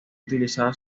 utilizada